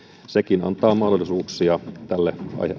sekin antaa mahdollisuuksia tälle